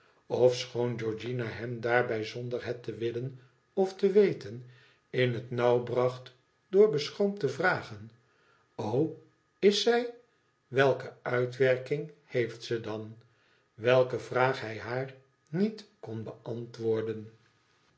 ofschoon georgiana hem daarbij zonder het te willen ofte weten in het nauw bracht door beschroomd te vragen h is zij welke uitwerking heeft ze dan i welke vraag hij haar niet kon beantwoorden